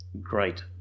great